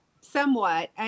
somewhat